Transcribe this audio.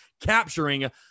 capturing